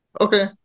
Okay